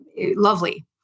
lovely